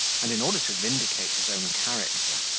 and, in order to vindicate his own character,